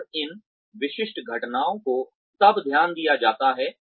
और इन विशिष्ट घटनाओं को तब ध्यान दिया जाता है